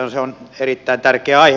se on erittäin tärkeä aihe